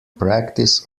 practice